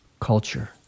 culture